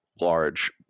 large